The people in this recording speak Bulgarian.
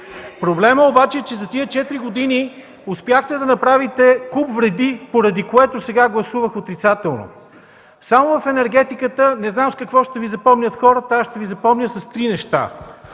Проблемът обаче е, че за тези четири години успяхте да направите куп вреди, поради което сега гласувах отрицателно. Само в енергетиката не знам с какво ще Ви запомнят хората. Аз ще Ви запомня с три неща.